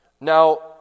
Now